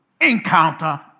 encounter